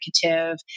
communicative